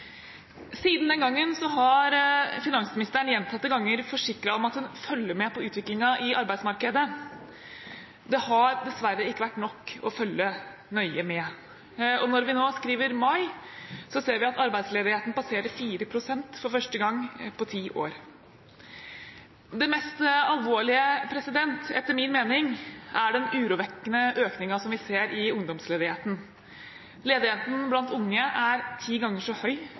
Siden den gang har finansministeren gjentatte ganger forsikret om at hun følger med på utviklingen i arbeidsmarkedet. Det har dessverre ikke vært nok å følge nøye med. Når vi nå skriver mai, ser vi at arbeidsledigheten passerer 4 pst. for første gang på ti år. Det mest alvorlige, etter min mening, er den urovekkende økningen vi ser i ungdomsledigheten. Ledigheten blant unge er ti ganger så høy